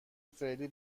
فعلی